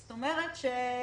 זאת אומרת,